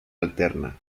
alterna